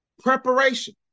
preparation